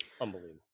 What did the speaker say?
Unbelievable